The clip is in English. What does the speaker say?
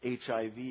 HIV